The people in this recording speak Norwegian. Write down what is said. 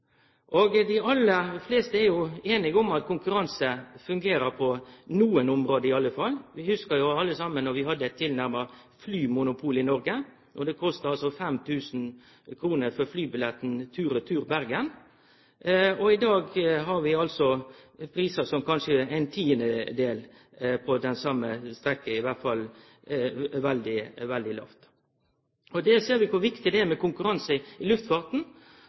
konkurranse fungerer på nokre område i alle fall. Vi hugsar alle saman då vi hadde eit tilnærma flymonopol i Noreg. Då kosta det 5 000 kr for flybilletten tur-retur Bergen. I dag har vi prisar som kanskje er ein tiendedel på den same strekkja, i alle fall veldig låge. Då ser vi kor viktig det er med konkurranse i